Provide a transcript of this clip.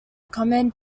common